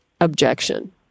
objection